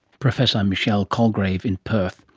professor michelle colgrave in perth.